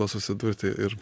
susidurti ir